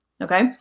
Okay